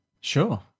sure